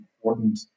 important